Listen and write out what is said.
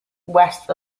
west